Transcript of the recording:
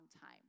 time